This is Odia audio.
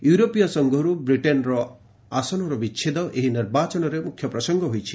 ୟୁରୋପୀୟ ସଂଘରୁ ବ୍ରିଟେନ୍ର ଆସନର ବିଚ୍ଛେଦ ଏହି ନିର୍ବାଚନରେ ମୁଖ୍ୟ ପ୍ରସଙ୍ଗ ହୋଇଛି